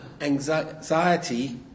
anxiety